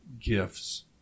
gifts